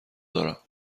دارم